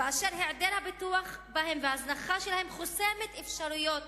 ואשר העדר הפיתוח שלהם וההזנחה שלהם חוסמים אפשרויות